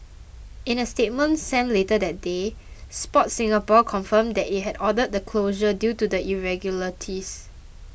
in a statement sent later that day Sport Singapore confirmed that it had ordered the closure due to the irregularities